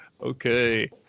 Okay